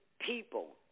people